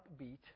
upbeat